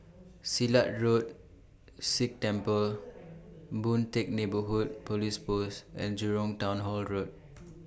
Silat Road Sikh Temple Boon Teck Neighbourhood Police Post and Jurong Town Hall Road